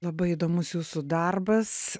labai įdomus jūsų darbas